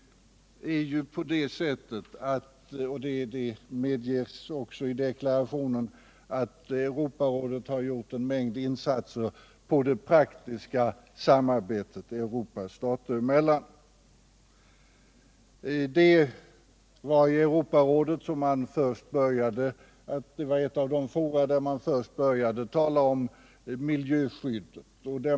Det medges i deklarationen att Europarådet har gjort en mängd insatser för det praktiska samarbetet mellan Europas stater. Europarådet var i varje fall ett av de fora där man först började tala om miljöskydd.